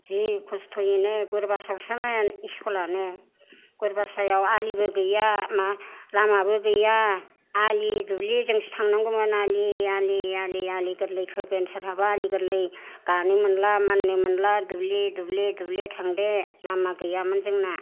जि खस्थयैनो गुरुभाषायाव सोमोन स्कुलानो गुरुभाषायाव आलिबो गैया लामाबो गैया आलि दुब्लिजोंसो थानांगौमोन आलि आलि गोरलै खोगोन सोरहाबा आलि गोरलै गानो मोनला माननो मोनला दुब्लि दुब्लि दुब्लि थांदों लामा गैयामोन जोंना